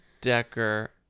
Decker